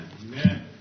Amen